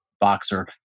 boxer